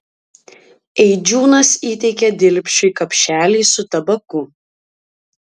eidžiūnas įteikė dilpšui kapšelį su tabaku